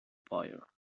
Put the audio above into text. fire